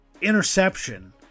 interception